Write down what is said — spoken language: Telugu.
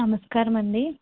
నమస్కారం అండి